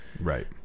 right